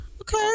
okay